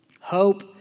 Hope